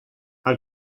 are